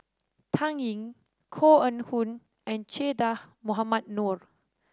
Dan Ying Koh Eng Hoon and Che Dah Mohamed Noor